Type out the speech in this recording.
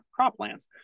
croplands